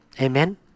Amen